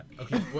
okay